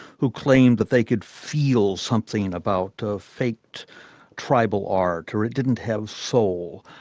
who claimed that they could feel something about faked tribal art, or it didn't have soul.